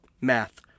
math